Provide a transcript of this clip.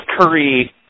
Curry